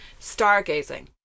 stargazing